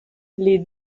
les